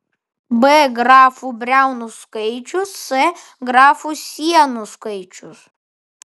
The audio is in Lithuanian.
b grafų briaunų skaičius s grafų sienų skaičius